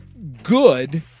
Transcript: Good